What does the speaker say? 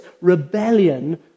rebellion